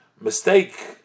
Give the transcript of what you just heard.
mistake